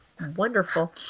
wonderful